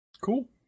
Cool